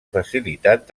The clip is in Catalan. facilitat